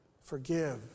Forgive